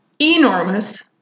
enormous